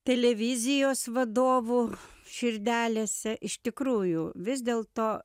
televizijos vadovų širdelėse iš tikrųjų vis dėlto